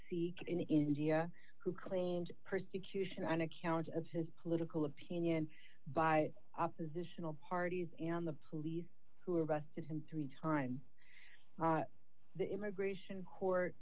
sikh in india who claimed persecution on account of his political opinion by oppositional parties and the police who arrested him three times the immigration court